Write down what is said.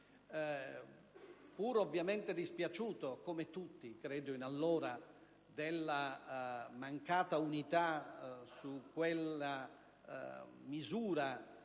pur ovviamente dispiaciuto (come tutti, allora) della mancata unità su quella misura